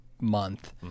month